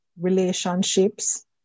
relationships